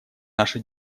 наша